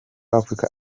africa